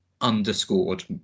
underscored